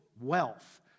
wealth